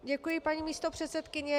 Děkuji, paní místopředsedkyně.